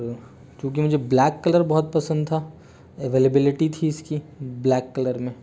क्योंकि मुझे black colour बहुत पसंद था अवेलेबिलिटी थी इसकी ब्लैक कलर में